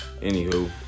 Anywho